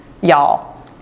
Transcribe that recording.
Y'all